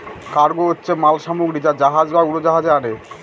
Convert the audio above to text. cargo হচ্ছে মাল সামগ্রী যা জাহাজ বা উড়োজাহাজে আনে